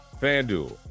Fanduel